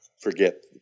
forget